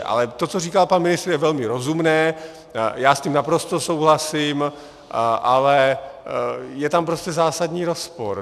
Ale to, co říkal pan ministr, je velmi rozumné, já s tím naprosto souhlasím, ale je tam prostě zásadní rozpor.